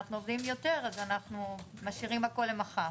כשאנחנו עובדים יותר אז אנחנו משאירים הכול למחר.